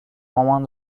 مامان